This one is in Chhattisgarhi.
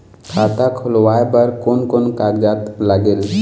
खाता खुलवाय बर कोन कोन कागजात लागेल?